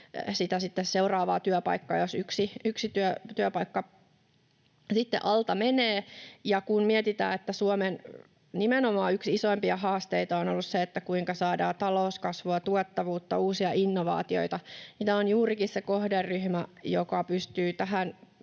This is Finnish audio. seuraavaa työpaikkaa, jos yksi työpaikka sitten alta menee. Kun mietitään, että Suomen nimenomaan yksi isoimpia haasteita on ollut se, kuinka saadaan talouskasvua, tuottavuutta ja uusia innovaatioita, niin tämä on juurikin se kohderyhmä, joka pystyy tässä